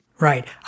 Right